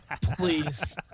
please